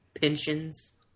pensions